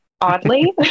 oddly